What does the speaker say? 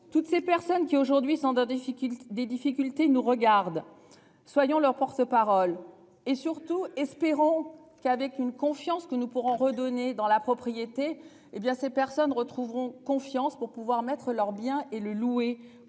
toutes ces personnes qui aujourd'hui sont d'un déficit des difficultés nous regarde. Soyons leur porte-parole et surtout, espérons qu'avec une confiance que nous pourrons redonner dans la propriété, hé bien ces personnes retrouveront confiance pour pouvoir mettre leurs biens et le louer